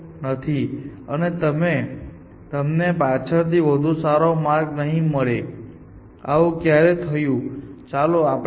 A algorithm જે રીતે બંધ અથવા રંગીન નોડ ને કોલ કરે છે તે રીતે તેનું મૂલ્ય જાળવે છેતેનાથી વધુ સારો માર્ગ શોધી શકતો નથી પરંતુ તે વધુ સારો માર્ગ શોધી શકે છે